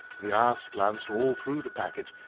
the ass glanced all through the packet,